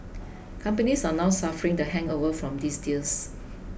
companies are now suffering the hangover from these deals